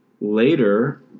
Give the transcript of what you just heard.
later